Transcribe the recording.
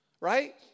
right